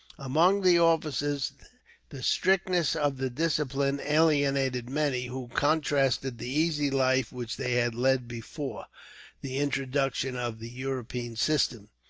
among the officers the strictness of the discipline alienated many, who contrasted the easy life which they had led before the introduction of the european system,